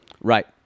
Right